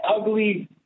ugly